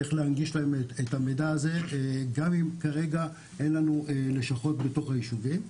איך להנגיש להם את המידע הזה גם אם כרגע אין לנו לשכות בתוך היישובים.